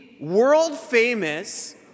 world-famous